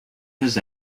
his